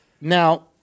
Now